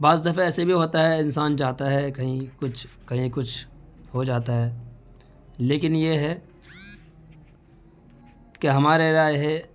بعض دفعے ایسا بھی ہوتا ہے انسان جاتا ہے کہیں کچھ کہیں کچھ ہو جاتا ہے لیکن یہ ہے کہ ہمارے رائے ہے